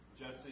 Jesse